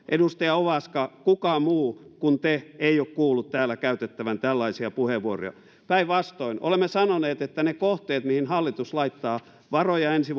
edustaja ovaska kukaan muu kuin te ei ole kuullut täällä käytettävän tällaisia puheenvuoroja päinvastoin olemme sanoneet että ne kohteet mihin hallitus laittaa varoja ensi